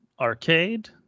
Arcade